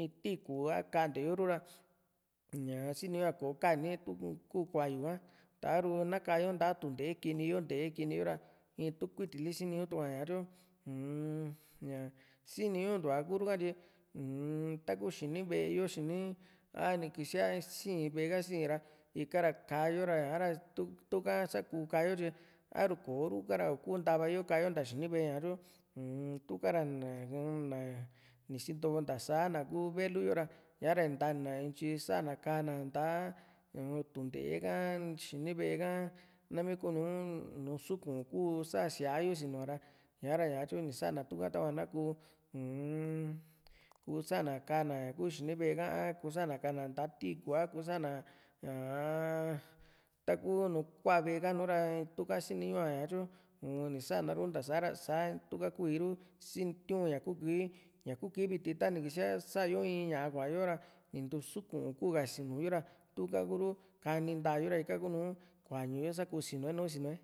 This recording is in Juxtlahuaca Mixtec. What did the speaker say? in tiikú a kanteyo ru ra sini ñuá koo kani tun tu kuáyu ka a ru na kaa yo nta tunte´e kini yo nte´e kini yo ra tu kuiti li sini luu tuku´a ña tyo uu-m ña sini ñuuntuá ku´ru ka tyi uu-m ta ku xini ve´e yo xini a ni kisia si´in ve´e ka sii´n ra ika ra kaa´yo ra ña´ra tuka sa kuu ka´a yo tyi a´ru kò´o ru ka ra ni kuu ntava yo ka´a yo nta xini ve´e ña tyu uu-m tuka ra uu-m na sinto nta saá na kuu velu yo ra ña´ra intaíni na ntyi sa´na ka´na nta´a u tunte´e ka xini ve´e ka nam kuu´nu suku´n ii´ku sa síaa yo sinu´a ra ña´ra ña tyu ni sa´na tuka tava na kuu umm kuu´sa na kaa na ña ku xini ve´e ka a kusa na kaa na nta´a tiikú a kuu saa na ñaa taku nùù kuaa ve´e ka nu ra ñaa tuka sini ñuá ñatyu uunisana ru ntasaá sa tuka kuí´ru sitiña kuu kii viti ta ni kisíaa sa´yo in ñaa kua´yo ra iin´ntu suku ka ni kuu sinuyo ra tuka kuuru kani ntaa yo ra ika kuu nùù kauañuyo ra sa ku sinu´e nu sinu´e